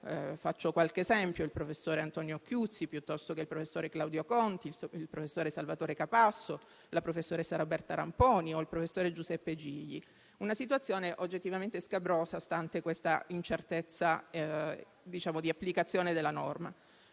Faccio qualche esempio: il professor Antonio Occhiuzzi, il professor Claudio Conti, il professor Salvatore Capasso, la professoressa Roberta Ramponi o il professor Giuseppe Gigli. Una situazione oggettivamente scabrosa, stante questa incertezza di applicazione della norma.